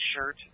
shirt